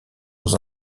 dans